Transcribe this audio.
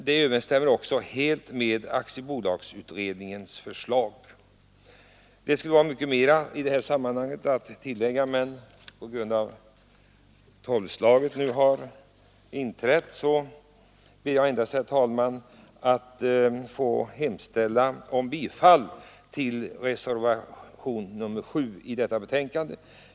Detta överensstämmer också helt med aktiebolagsutredningens förslag. Det skulle vara mycket mera att säga i detta sammanhang, men på grund av att tolvslaget nu har passerats ber jag endast, herr talman, att få yrka bifall till reservationen 7.